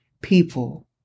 people